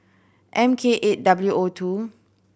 M K eight W O two